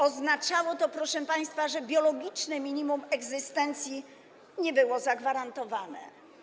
Oznaczało to, proszę państwa, że biologiczne minimum egzystencji nie było zagwarantowane.